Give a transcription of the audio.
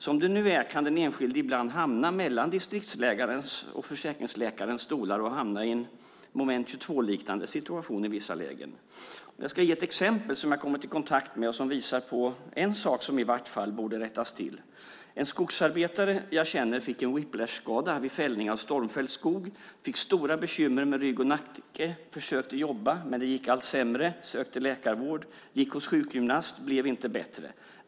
Som det nu är kan den enskilde ibland hamna mellan distriktsläkarens och försäkringsläkarens stolar och i vissa lägen hamna i en moment 22-liknande situation. Jag ska ge ett exempel som jag har kommit i kontakt med och som visar en sak som borde rättas till. En skogsarbetare jag känner fick en whiplashskada vid fällning av stormfälld skog. Han fick stora bekymmer med rygg och nacke. Han försökte jobba, men det gick allt sämre. Han sökte läkarvård och gick hos sjukgymnast men blev inte bättre.